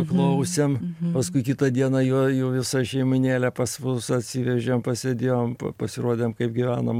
klausėm paskui kitą dieną jo jau visą šeimynėlę pas mus atsivežėm pasėdėjom pasirodėm kaip gyvenam